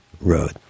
Road